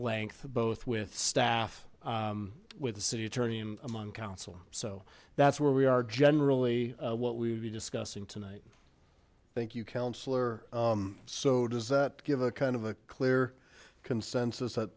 length both with staff with the city attorney and among council so that's where we are generally what we would be discussing tonight thank you counselor so does that give a kind of a clear consensus that